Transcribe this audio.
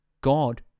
God